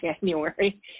January